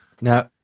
Now